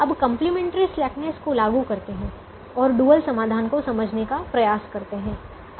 अब complementary slackness को लागू करते हैं और डुअल समाधान को समझने का प्रयास करते हैं